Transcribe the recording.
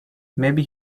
maybe